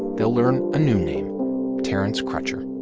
they'll learn a new name terence crutcher